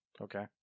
Okay